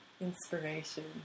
inspiration